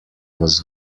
was